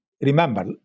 remember